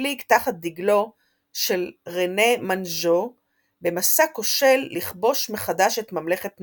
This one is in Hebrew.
הפליג תחת דגלו של רנה מאנז'ו במסע כושל לכבוש מחדש את ממלכת נאפולי.